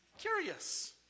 curious